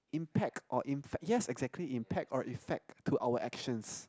impact or in fact yes exactly impact or effect to our actions